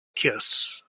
kiss